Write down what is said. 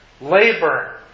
labor